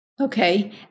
Okay